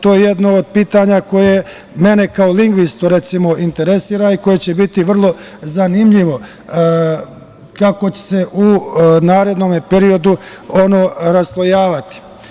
To je jedno od pitanja koje mene kao lingvistu interesuje i koje će biti vrlo zanimljivo kako će se u narednom periodu ono raslojavati.